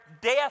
death